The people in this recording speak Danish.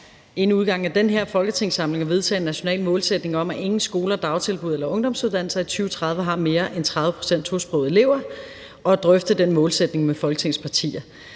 inden udgangen af den her folketingssamling at vedtage en national målsætning om, at ingen skoler, dagtilbud eller ungdomsuddannelser i 2030 har mere end 30 pct. tosprogede elever, og at drøfte den målsætning med Folketingets partier.